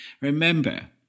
Remember